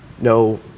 no